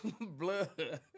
Blood